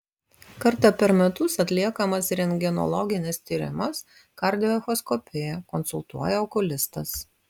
kartą per metus atliekamas rentgenologinis tyrimas kardioechoskopija konsultuoja okulistas